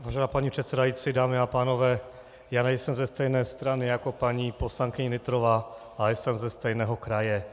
Vážená paní předsedající, dámy a pánové, nejsem ze stejné strany jako paní poslankyně Nytrová, ale jsem ze stejného kraje.